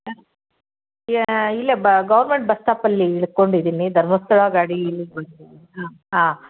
ಏ ಇಲ್ಲ ಗೌರ್ಮೆಂಟ್ ಬ ಬಸ್ ಸ್ಟಾಪಲ್ಲಿ ಇಳ್ಕೊಂಡಿದ್ದೀನಿ ಧರ್ಮಸ್ಥಳ ಗಾಡಿ ಇಲ್ಲಿಗೆ ಬಂದು ಹಾಂ